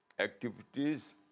activities